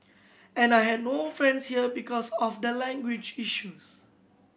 and I had no friends here because of the language issues